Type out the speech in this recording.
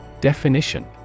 Definition